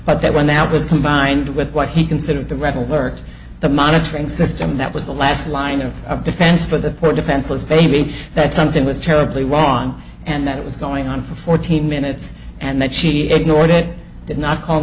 but that when that was combined with what he considered the red alert the monitoring system that was the last line of defense for the poor defenseless baby that something was terribly wrong and that it was going on for fourteen minutes and that she ignored it did not call